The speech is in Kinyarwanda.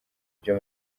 byo